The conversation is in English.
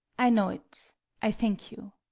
i know't i thank you.